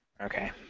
Okay